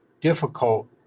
difficult